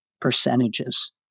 percentages